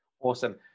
awesome